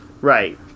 Right